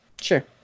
Sure